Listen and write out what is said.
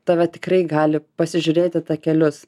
tave tikrai gali pasižiūrėti takelius